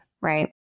right